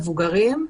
מבוגרים.